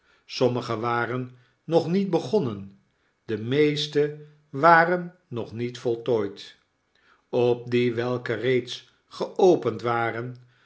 sommige waren nog niet begonnen de meeste waren nog niet voltooid op die welke reeds geopend waren